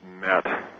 met